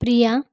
Priya